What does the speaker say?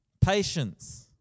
Patience